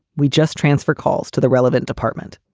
we just transfer calls to the relevant department.